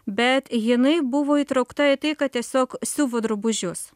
bet jinai buvo įtraukta į tai kad tiesiog siuvo drabužius